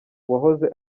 wahoze